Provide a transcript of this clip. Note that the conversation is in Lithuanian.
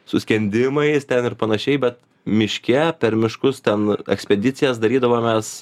su skendimais ten ir panašiai bet miške per miškus ten ekspedicijas darydavomės